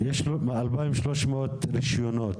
יש 2,300 רישיונות.